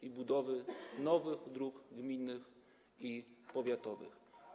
i budowy nowych dróg gminnych i powiatowych.